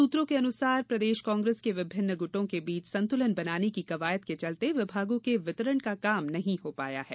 सूत्रों के अनुसार प्रदेश कांग्रेस के विभिन्न ग्रुटों के बीच संतुलन बनाने की कवायद के चलते विभागों के वितरण का कार्य नहीं हो पाया है